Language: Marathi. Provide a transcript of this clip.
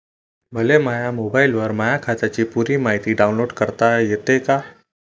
मले माह्या मोबाईलवर माह्या खात्याची पुरी मायती डाऊनलोड करता येते का?